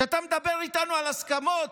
כשאתה מדבר איתנו על הסכמות,